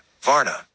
Varna